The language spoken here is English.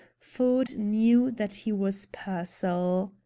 ford knew that he was pearsall.